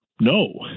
no